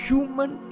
Human